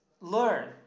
learn